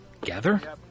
Gather